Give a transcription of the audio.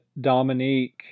Dominique